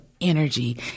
energy